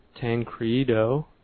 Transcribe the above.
Tancredo